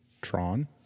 Tron